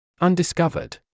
Undiscovered